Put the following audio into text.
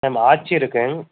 ma'am ஆச்சி இருக்குங்க